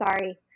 Sorry